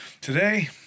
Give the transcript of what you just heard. Today